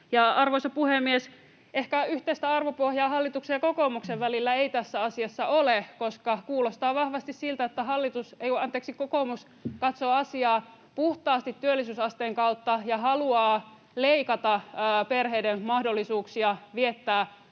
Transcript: Arvoisa puhemies! Ehkä yhteistä arvopohjaa hallituksen ja kokoomuksen välillä ei tässä asiassa ole, koska kuulostaa vahvasti siltä, että kokoomus katsoo asiaa puhtaasti työllisyysasteen kautta ja haluaa leikata perheiden mahdollisuuksia viettää